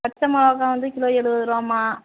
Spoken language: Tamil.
பச்சை மிளகா வந்து கிலோ எழுவதுரூவாம்மா